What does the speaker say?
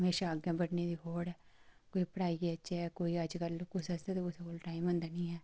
म्हेशां अग्गें बधने दी होड़ ऐ कोई पढ़ाई च ऐ कोई अजकल कुसै आस्तै कुसै कोल ते टाइम होंदा निं ऐ